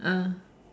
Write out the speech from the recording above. ah